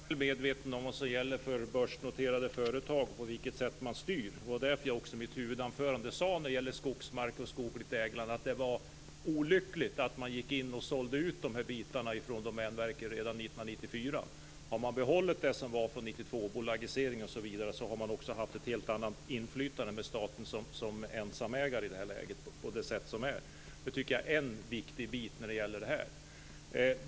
Fru talman! Jag är väl medveten om vad som gäller för börsnoterade företag och på vilket sätt man styr. Det var därför jag också i mitt huvudanförande sade när det gällde skogsmark och skogligt ägande att det var olyckligt att man gick in och sålde ut dessa bitar från Domänverket redan 1994. Hade man behållit det som var från 1992, bolagisering osv., hade man också haft ett helt annat inflytande med staten som ensam ägare i det här läget på det sätt som är. Det tycker jag är en viktig bit när det gäller det här.